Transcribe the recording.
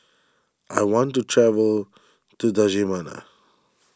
I want to travel to